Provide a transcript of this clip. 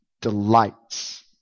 delights